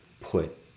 put